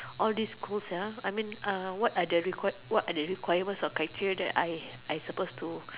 all this cool sia I mean uh what're the requirements what're the requirements of criteria that I I supposed to